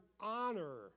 honor